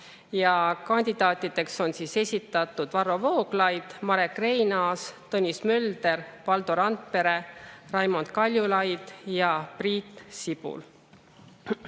Kandidaatideks on esitatud Varro Vooglaid, Marek Reinaas, Tõnis Mölder, Valdo Randpere, Raimond Kaljulaid ja Priit Sibul.